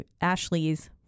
Ashley's